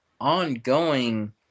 ongoing